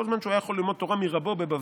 כל זמן שהוא היה יכול ללמוד תורה מרבו בבבל,